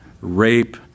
rape